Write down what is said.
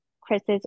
Chris's